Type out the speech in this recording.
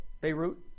Beirut